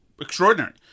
extraordinary